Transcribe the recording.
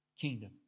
kingdom